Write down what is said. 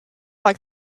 like